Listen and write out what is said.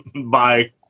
Bye